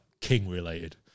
King-related